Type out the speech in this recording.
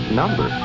number